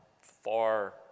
far